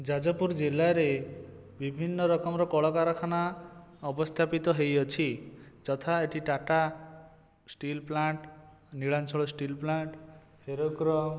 ଯାଜପୁର ଜିଲ୍ଲାରେ ବିଭିନ୍ନ ରକମର କଳକାରଖାନା ଅବସ୍ଥାପିତ ହୋଇଅଛି ଯଥା ଏଠି Tata steel plant Neelachal steel plant ferrochrome